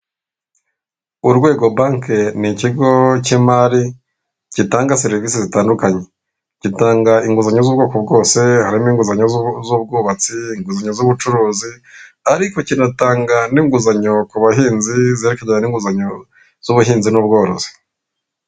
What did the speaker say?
Urwego banki ni ikigo cy'imari, gitanga serivisi zitandukanye. Gitanga inguzanyo z'ubwoko bwose, harimo inguzanyo z'ubwubatsi, inguzanyo z'ubucuruzi, ariko kinatanga n'inguzanyo ku bahinzi, zerekeranye n'inguzanyo z'ubuhinzi n'ubworozi.